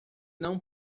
não